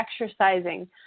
exercising